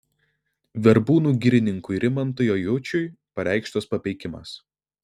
verbūnų girininkui rimantui ajučiui pareikštas papeikimas